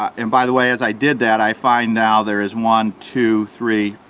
and by the way as i did that i find now there is one, two, three,